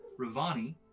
Ravani